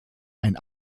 ein